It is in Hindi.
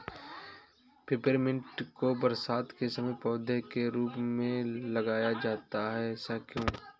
पेपरमिंट को बरसात के समय पौधे के रूप में लगाया जाता है ऐसा क्यो?